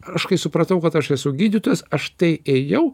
aš kai supratau kad aš esu gydytojas aš tai ėjau